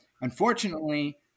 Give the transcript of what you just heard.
Unfortunately